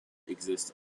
exist